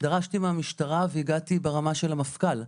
דרשתי מהמשטרה והגעתי ברמה של המפכ"ל.